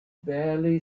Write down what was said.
barely